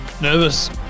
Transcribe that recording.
Nervous